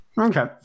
Okay